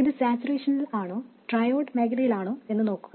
ഇത് സാച്ചുറേഷനിൽ ആണോ ട്രയോഡ് മേഖലയിലാണോ എന്ന് നോക്കുക